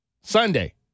Sunday